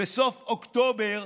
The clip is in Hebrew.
בסוף אוקטובר,